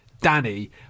Danny